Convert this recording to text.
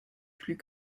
plus